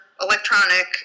electronic